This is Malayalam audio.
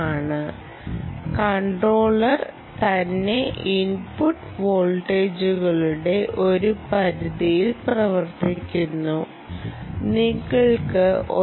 മൈക്രോകൺട്രോളർ തന്നെ ഇൻപുട്ട് വോൾട്ടേജുകളുടെ ഒരു പരിധിയിൽ പ്രവർത്തിക്കുന്നു നിങ്ങൾക്ക് 1